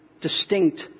distinct